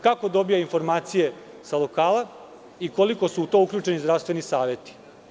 Kako dobija informacije sa lokala i koliko su tu uključeni zdravstveni saveti?